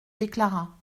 déclara